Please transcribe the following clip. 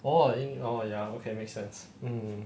orh orh ya okay make sense mm